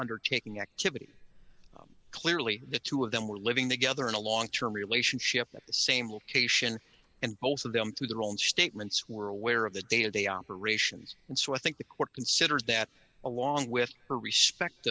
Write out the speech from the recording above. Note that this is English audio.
undertaking activity clearly the two of them were living together in a long term relationship at the same location and both of them through their own statements were aware of the day to day operations and so i think the court considers that along with her respect